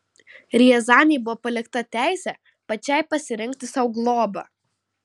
riazanei buvo palikta teisė pačiai pasirinkti sau globą